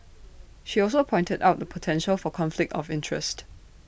she also pointed out the potential for conflict of interest